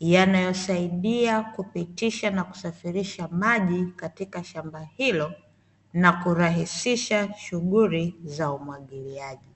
yanayosaidia kupitisha na kusafirisha maji katika shamba hilo nakurahisisha shughuli za umwagiliaji.